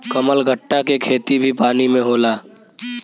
कमलगट्टा के खेती भी पानी में होला